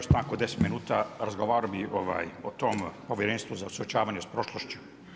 stanku od 10 minuta, razgovarao bih o tom Povjerenstvu za suočavanje s prošlošću.